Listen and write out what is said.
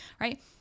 right